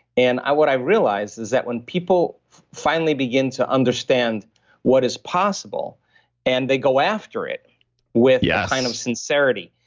and what i realized is that when people finally begin to understand what is possible and they go after it with yeah kind of sincerity,